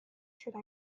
should